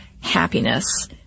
happiness